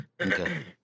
Okay